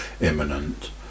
imminent